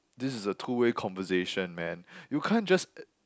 this is a two way conversation man you can't just